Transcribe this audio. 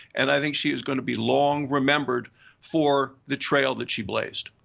and i think she is going to be long remembered for the trail that she blazed.